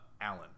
Allen